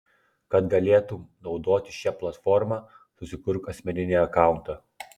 kad galėtum naudotis šia platforma susikurk asmeninį akauntą